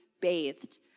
bathed